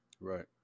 Right